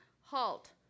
halt